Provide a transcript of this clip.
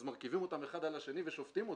אז מרכיבים אותם אחד על השני ושופטים אותם,